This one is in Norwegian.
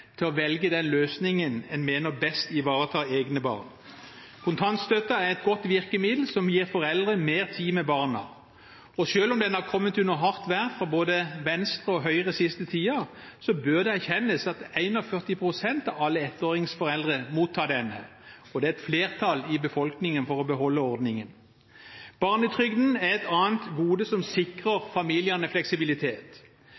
til å velge den løsningen en mener best ivaretar egne barn. Kontantstøtten er et godt virkemiddel som gir foreldre mer tid med barna. Og selv om den har kommet i hardt vær fra både Venstre og Høyre den siste tiden, bør det erkjennes at 41 pst. av alle ettåringsforeldre mottar denne, og det er et flertall i befolkningen for å beholde ordningen. Barnetrygden er et annet gode som